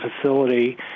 facility